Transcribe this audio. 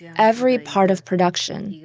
yeah every part of production,